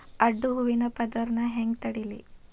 ಅಡ್ಡ ಹೂವಿನ ಪದರ್ ನಾ ಹೆಂಗ್ ತಡಿಲಿ?